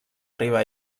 riba